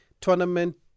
tournament